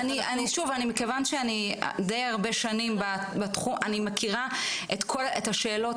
מכיוון שאני די הרבה שנים בתחום אני מכירה את השאלות